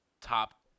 top